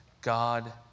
God